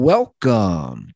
Welcome